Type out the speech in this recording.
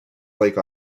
lake